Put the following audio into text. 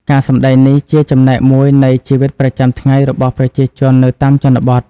ការសម្តែងនេះជាចំណែកមួយនៃជីវិតប្រចាំថ្ងៃរបស់ប្រជាជននៅតាមជនបទ។